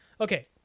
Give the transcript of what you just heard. Okay